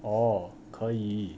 orh 可以